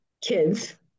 kids